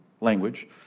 language